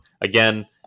again